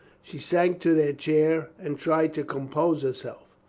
she sank to a chair and tried to compose herself.